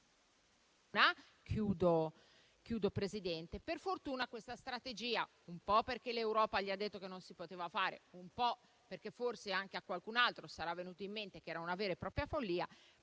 Chiudo, Presidente. Per fortuna questa strategia, un po' perché l'Europa gli ha detto che non si poteva fare e un po' perché forse anche a qualcun altro sarà venuto in mente che era una vera e propria follia,